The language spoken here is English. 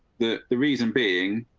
the the reason being.